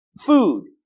food